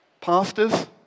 pastors